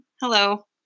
hello